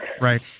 Right